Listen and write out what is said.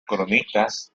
cronistas